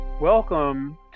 Welcome